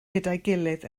gilydd